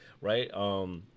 Right